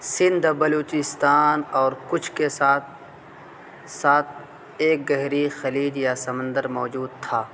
سندھ بلوچستان اور کچھ کے ساتھ ساتھ ایک گہری خلیج یا سمندر موجود تھا